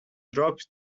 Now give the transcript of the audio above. dropped